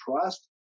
trust